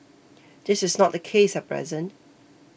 this is not the case at present